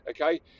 okay